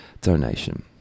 donation